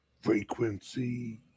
frequency